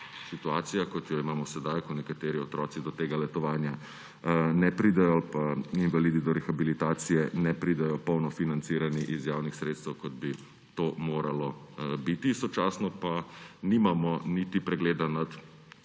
situacija, kot jo imamo sedaj, ko nekateri otroci do tega letovanja pa invalidi do rehabilitacije ne pridejo polno financirani iz javnih sredstev, kot bi to moralo biti, sočasno pa nimamo niti pregleda nad številom